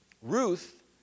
Ruth